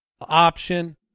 option